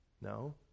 No